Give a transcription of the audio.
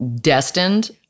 destined